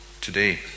today